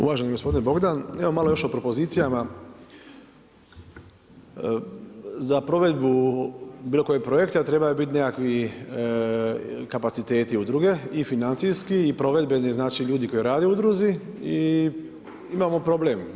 Uvaženi gospodine Bogdan, evo još malo o propozicijama, za provedbu bilo kojeg projekta, trebaju biti nekakvi kapaciteti, udruge i financijski i provedbeni, znači ljudi koji rade u udruzi i imamo problem.